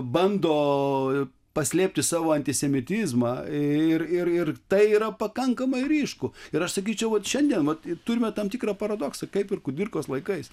bando paslėpti savo antisemitizmą ir ir tai yra pakankamai ryšku ir aš sakyčiau vat šiandien vat turime tam tikrą paradoksą kaip ir kudirkos laikais